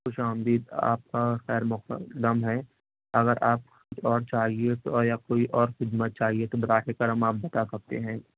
خوش آمدید آپ کا خیر مقدم دم ہے اگر آپ کچھ تو یا چاہیے یا کوئی اور خدمت چاہیے تو براہ کرم آپ بتا سکتے ہیں